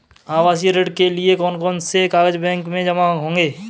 आवासीय ऋण के लिए कौन कौन से कागज बैंक में जमा होंगे?